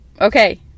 Okay